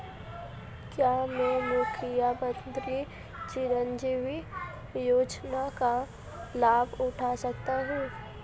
क्या मैं मुख्यमंत्री चिरंजीवी योजना का लाभ उठा सकता हूं?